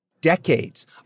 decades